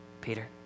Peter